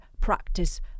practice